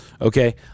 okay